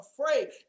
afraid